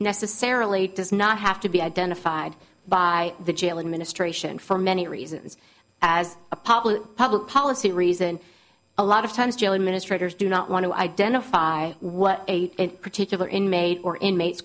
necessarily does not have to be identified by the jail administration for many reasons as a public public policy reason a lot of times joe administrators do not want to identify what a particular inmate or inmates